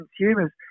consumers